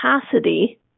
capacity